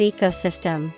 Ecosystem